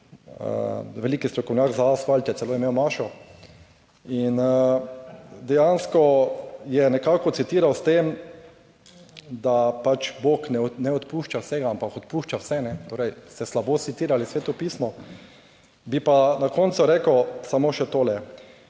veliki strokovnjak za asfalt, je celo imel mašo in dejansko je nekako citiral s tem, da pač Bog ne odpušča vsega, ampak odpušča vse, torej ste slabo citirali Sveto pismo. Bi pa na koncu rekel samo še tole,